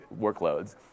workloads